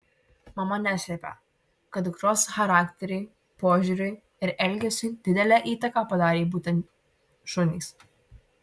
mama neslepia kad dukros charakteriui požiūriui ir elgesiui didelę įtaką padarė būtent šunys